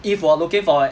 if 我 looking for it